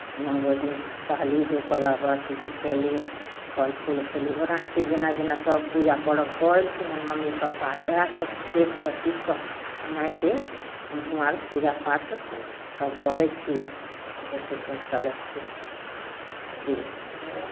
नओ दिन सहली धूप अगरबत्ती देखयली फल फूल खेली ओनाहिते जेना जेना सभ पूजा पर्व कऽ अयलखिन हेँ मम्मी पप्पा अर उएहसभ देखि कऽ सीखि कऽ ओनाहिते हमहूँ अर पूजा पाठ सभ करै छियनि आ देखै छियनि चलै छियनि बुझलियै